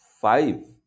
five